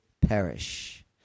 perish